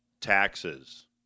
taxes